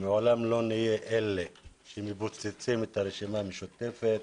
לעולם לא נהיה אלה שמפוצצים את הרשימה המשותפת.